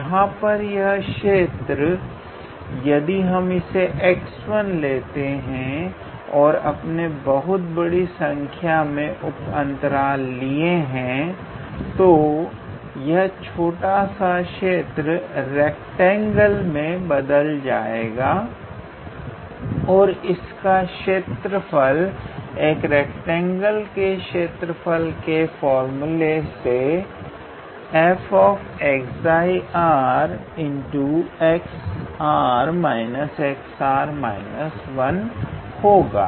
यहां पर यह क्षेत्र यदि हम इसे 𝑥1 लेते हैं और आपने बहुत बड़ी संख्या में उपअंतराल लिए हैं तो यह छोटा सा क्षेत्र रैक्टेंगल मैं बदल जाता है और इसका क्षेत्रफल एक रैक्टेंगल के क्षेत्रफल के फार्मूले से 𝑓𝜉𝑟𝑥𝑟 − 𝑥𝑟−1 होगा